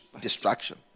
Distraction